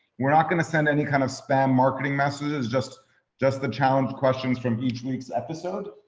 we're not gonna send any kind of spam marketing messages. just just the challenge questions from each week's episode.